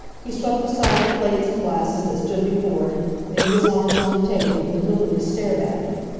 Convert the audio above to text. he swept aside the plates and glasses that stood before him, leaned his arms on the table and deliberately stared at me.